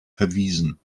verwiesen